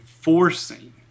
forcing